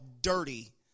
dirty